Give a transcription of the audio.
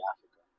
Africa